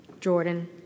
Jordan